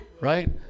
right